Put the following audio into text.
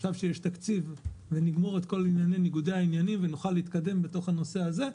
עכשיו כשיש תקציב ונגמור את כל ניגודי העניינים ונוכל להתקדם בנושא הזה,